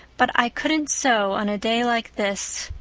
but i couldn't sew on a day like this.